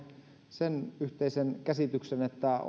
sen yhteisen käsityksen että on